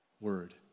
word